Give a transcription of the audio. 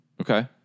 Okay